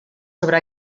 sobre